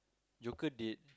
joker dead